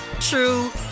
true